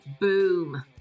Boom